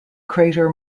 crater